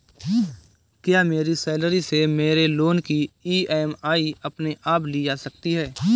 क्या मेरी सैलरी से मेरे लोंन की ई.एम.आई अपने आप ली जा सकती है?